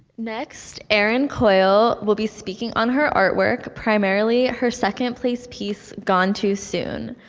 next, aryn coyle will be speaking on her artwork, primarily, her second-place piece gone too soon.